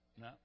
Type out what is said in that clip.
no